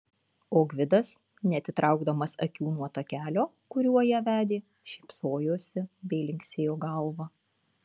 o gvidas neatitraukdamas akių nuo takelio kuriuo ją vedė šypsojosi bei linksėjo galva